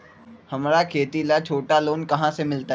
हमरा खेती ला छोटा लोने कहाँ से मिलतै?